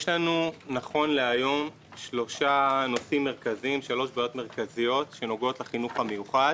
נכון להיום יש לנו שלוש בעיות מרכזיות שנוגעות לחינוך המיוחד